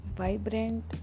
vibrant